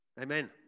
Amen